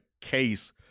case